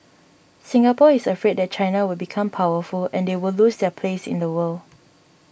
Singapore is afraid that China will become powerful and they will lose their place in the world